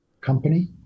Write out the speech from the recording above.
company